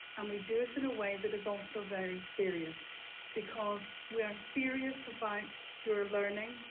and we do it in a way that is also very serious because we are serious about your learning,